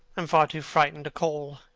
am far too frightened to call.